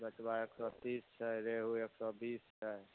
बचबा एक सौ तीस छै रेहु एक सौ बीस छै